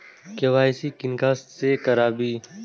KYC किनका से कराबी?